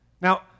Now